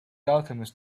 alchemist